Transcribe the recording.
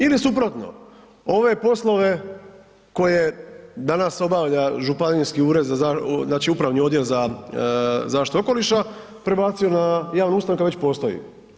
Ili suprotno ove poslove koje danas obavlja županijski ured, znači upravni odjel za zaštitu okoliša prebacio na javnu ustanovu kad već postoji.